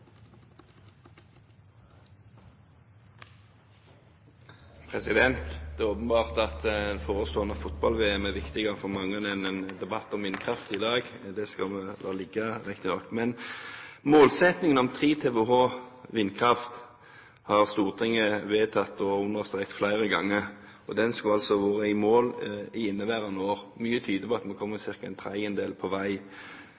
for mange enn en debatt om vindkraft i dag; det skal vi riktignok la ligge. Målsettingen om 3 TWh vindkraft har Stortinget vedtatt og understreket flere ganger, og den skulle altså vært i mål i inneværende år. Mye tyder på at vi